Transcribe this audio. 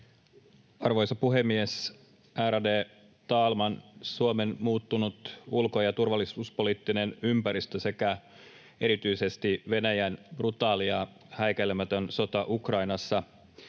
Arvoisa puhemies, ärade talman! Suomen muuttunut ulko- ja turvallisuuspoliittinen ympäristö sekä erityisesti Venäjän brutaali ja häikäilemätön sota Ukrainassa